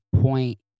point